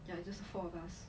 ya it's just four of us